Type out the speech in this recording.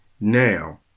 Now